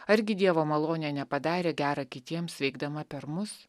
argi dievo malonė nepadarė gera kitiems veikdama per mus